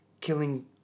killing